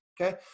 okay